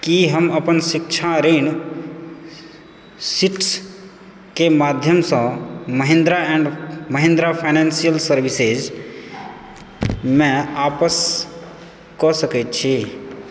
की हम अपन शिक्षा ऋण सीट्रसकेँ माध्यमसँ महिंद्रा एंड महिंद्रा फाइनेंशियल सर्विसेजमे आपस कऽ सकैत छी